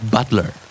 Butler